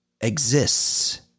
exists –